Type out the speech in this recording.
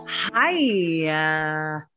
Hi